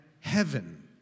heaven